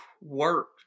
work